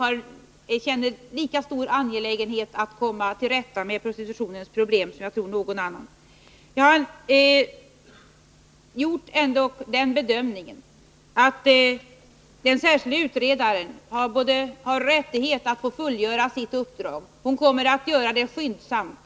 Att komma till rätta med prostitutionen är en lika viktig angelägenhet för mig som för någon annan. Jag har emellertid gjort den bedömningen att den särskilda utredaren har rättighet att fullgöra sitt uppdrag. Hon kommer att göra det skyndsamt.